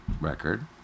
record